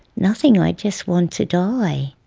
nothing. i just want to die.